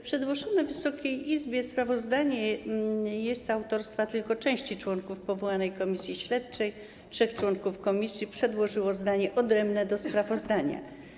Przedłożone Wysokiej Izbie sprawozdanie jest autorstwa tylko części członków powołanej komisji śledczej, trzech członków komisji przedłożyło zdanie odrębne do sprawozdania.